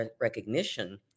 recognition